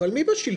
אבל מי בשלטון?